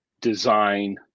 design